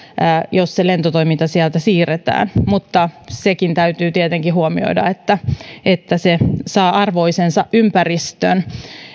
jos se lentotoiminta sieltä siirretään mutta sekin täytyy tietenkin huomioida että että se saa arvoisensa ympäristön